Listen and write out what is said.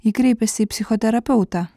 ji kreipėsi į psichoterapeutą